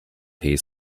his